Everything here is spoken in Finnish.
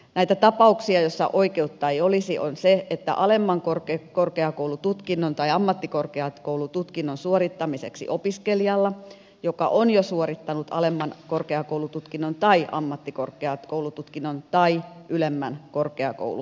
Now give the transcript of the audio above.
näitä tapauksia joissa oikeutta ei olisi on se että opintotukea ei myönnettäisi alemman korkeakoulututkinnon tai ammattikorkeakoulututkinnon suorittamiseksi opiskelijalle joka on jo suorittanut alemman korkeakoulututkinnon tai ammattikorkeakoulututkinnon tai ylemmän korkeakoulututkinnon